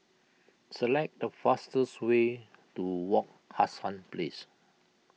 select the fastest way to Wak Hassan Place